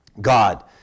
God